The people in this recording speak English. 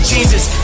Jesus